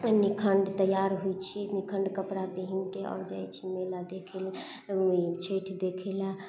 निखण्ड तैयार होइ छै निखण्ड कपड़ा पहीरके आओर जाइ छै मेला देखै लए छठि देखै लए